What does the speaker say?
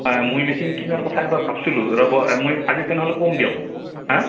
মই মেচিন কিনাৰ কথা এটা ভাবিছিলোঁ ৰ'ব মই আজি তেনেহ'লে কম দিয়ক হা